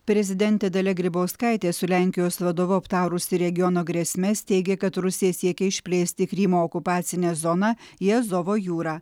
prezidentė dalia grybauskaitė su lenkijos vadovu aptarusi regiono grėsmes teigia kad rusija siekia išplėsti krymo okupacinę zoną į azovo jūrą